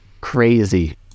crazy